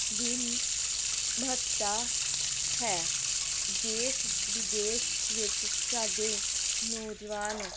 ਦੀ ਮਹੱਤਤਾ ਹੈ ਦੇਸ਼ ਵਿਦੇਸ਼ ਵਿੱਚ ਸਾਡੇ ਨੌਜਵਾਨ